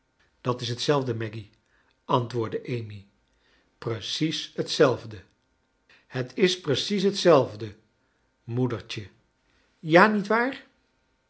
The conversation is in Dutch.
dat is hetzelfde maggy anfcwoordde amy precies hetzelfde het is precies hetzelfde moeder tje ja